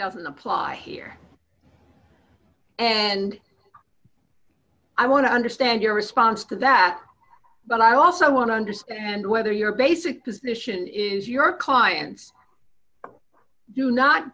doesn't apply here and i want to understand your response to that but i also want to understand whether your basic position is your clients do not